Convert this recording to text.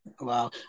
Wow